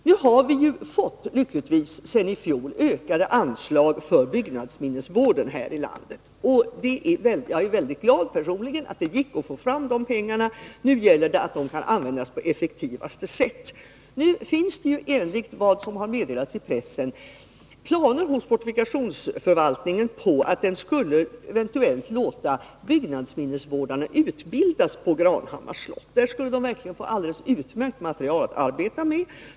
Vi har nu lyckligtvis fått ökade anslag för byggnadsminnesvården i landet. Jag är personligen mycket glad för att det gick att få fram pengarna. Nu gäller det att se till att de används på effektivaste sätt. Enligt vad som meddelats i pressen har fortifikationsförvaltningen planer på att låta byggnadsminnesvårdarna utbildas på Granhammars slott. Där skulle de verkligen få alldeles utmärkt material att arbeta med.